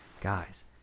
guys